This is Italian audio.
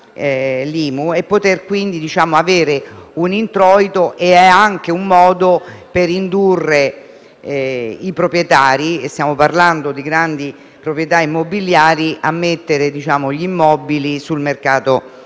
potendo così avere un introito. È anche un modo per indurre i proprietari (stiamo parlando di grandi proprietà immobiliari) a mettere gli immobili sul mercato dell'affitto.